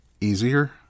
easier